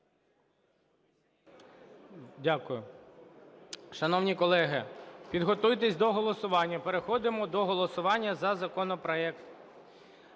Дякую. Шановні колеги, підготуйтесь до голосування. Переходимо до голосування за законопроект.